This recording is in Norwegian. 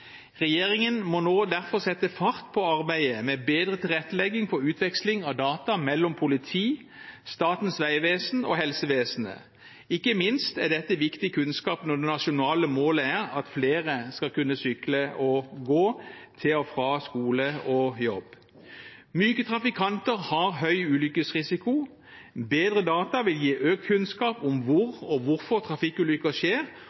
Regjeringen må derfor nå sette fart på arbeidet med bedre tilrettelegging for utveksling av data mellom politiet, Statens vegvesen og helsevesenet. Ikke minst er dette viktig kunnskap når det nasjonale målet er at flere skal kunne sykle og gå til og fra skole og jobb. Myke trafikanter har høy ulykkesrisiko. Bedre data vil gi økt kunnskap om hvor og hvorfor trafikkulykker skjer,